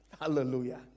Hallelujah